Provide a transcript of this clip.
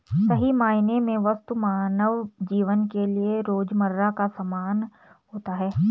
सही मायने में वस्तु मानव जीवन के लिये रोजमर्रा का सामान होता है